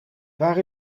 waar